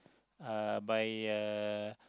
uh by uh